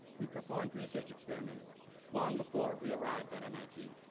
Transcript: we performed research experiments long before we arrived at mit.